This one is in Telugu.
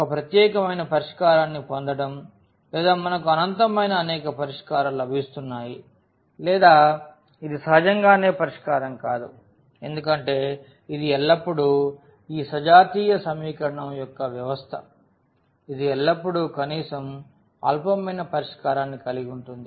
ఒక ప్రత్యేకమైన పరిష్కారాన్ని పొందడం లేదా మనకు అనంతమైన అనేక పరిష్కారాలు లభిస్తున్నాయి లేదా ఇది సహజంగానే పరిష్కారం కాదు ఎందుకంటే ఇది ఎల్లప్పుడూ ఈ సజాతీయ సమీకరణం యొక్క వ్యవస్థ ఇది ఎల్లప్పుడూ కనీసం అల్పమైన పరిష్కారాన్ని కలిగి ఉంటుంది